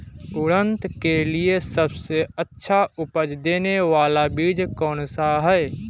उड़द के लिए सबसे अच्छा उपज देने वाला बीज कौनसा है?